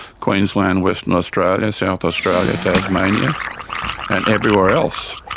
queensland, western australia, south australia, tasmania and everywhere else.